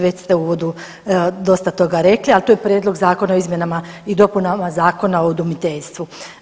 Već ste u uvodu dosta toga rekli, a to je Prijedlog Zakona o izmjenama i dopunama Zakona o udomiteljstvu.